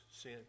sin